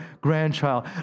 grandchild